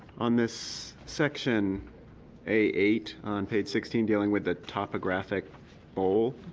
on this section a eight on page sixteen dealing with the topographic bowl,